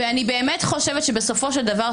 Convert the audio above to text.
אני באמת חושבת שבסופו של דבר,